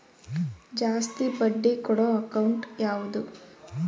ಜಾಸ್ತಿ ಬಡ್ಡಿ ಕೊಡೋ ಅಕೌಂಟ್ ಯಾವುದು?